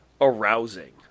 arousing